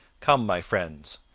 come, my friends,